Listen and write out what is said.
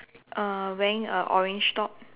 uh wearing a orange top